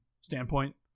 standpoint